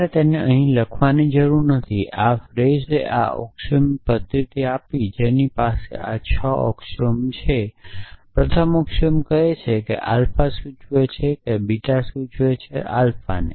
તમારે તેને અહીં લખવાની જરૂર નથી આ ફ્રીજે આ ઑક્સિઓમેટિક પદ્ધતિ આપી જેની પાસે આ છ ઑક્સિઓમ છે પ્રથમ ઑક્સિઓમ કહે છે કે આલ્ફા સૂચવે છે બીટા સૂચવે છે આલ્ફાને